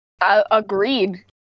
Agreed